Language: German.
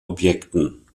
objekten